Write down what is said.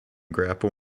grapple